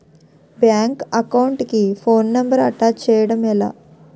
Bank account కి phone number attach చేయడం ఎలా?